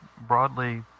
broadly